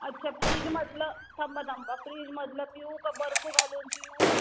अच्छा फ्रीजमधलं थांबा थांबा फ्रीजमधलं पिऊ का बर्फ घालून पिऊ